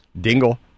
Dingle